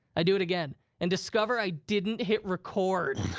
i do it again and discover i didn't hit record.